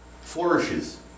flourishes